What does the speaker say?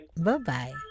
Bye-bye